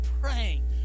praying